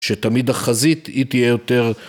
שתמיד החזית היא תהיה יותר